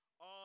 on